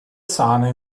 sahne